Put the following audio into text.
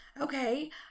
Okay